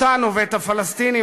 אותנו ואת הפלסטינים,